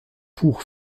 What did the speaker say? pour